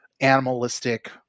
animalistic